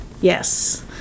Yes